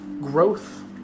growth